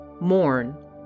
Mourn